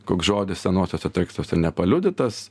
koks žodis senuosiuose tekstuose nepaliudytas